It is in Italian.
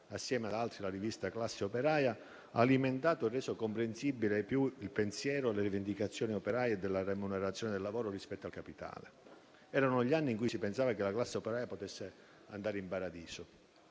assieme ad altri, la rivista «Classe operaia», ha alimentato e reso comprensibile ai più il pensiero, le rivendicazioni operaie e della remunerazione del lavoro rispetto al capitale. Erano gli anni in cui si pensava che la classe operaia potesse andare in paradiso.